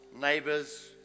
neighbors